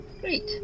great